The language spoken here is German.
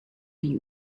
die